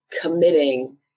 committing